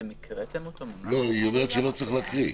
היא אומרת שלא צריך לקרוא.